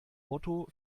motto